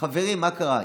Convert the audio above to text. חברים, מה קרה?